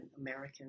American